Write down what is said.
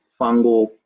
Fungal